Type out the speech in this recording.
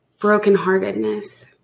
brokenheartedness